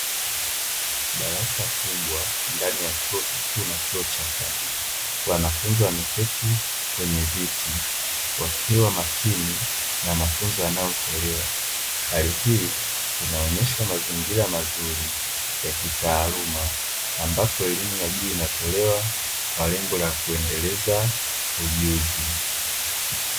Darasa kubwa ndani ya chuo kikuu na chuo cha kati, wanafunzi wameketi kwenye viti wakiwa makini na mafunzo yanayotolewa, hali hii inaonyesha mazingira mazuri ya kitaaluma ambapo elimu ya juu inatolewa kwa lengo la kuendeleza ujuzi.